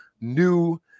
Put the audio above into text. new